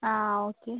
ആ ഓക്കെ